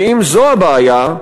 ואם זו הבעיה,